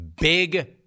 Big